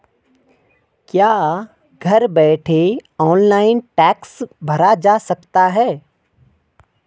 क्या घर बैठे ऑनलाइन टैक्स भरा जा सकता है?